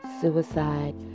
Suicide